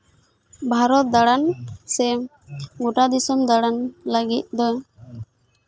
ᱵᱷᱟᱨᱚᱛ ᱫᱟᱬᱟᱱ ᱥᱮ ᱜᱳᱴᱟ ᱫᱤᱥᱚᱢ ᱫᱟᱬᱟᱱ ᱞᱟᱹᱜᱤᱫ ᱫᱚ